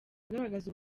agaragaza